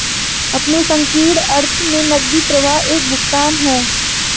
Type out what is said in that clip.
अपने संकीर्ण अर्थ में नकदी प्रवाह एक भुगतान है